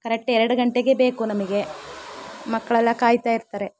correct ಎರಡು ಗಂಟೆಗೇ ಬೇಕು ನಮಗೆ ಮಕ್ಕಳೆಲ್ಲ ಕಾಯ್ತಾ ಇರ್ತಾರೆ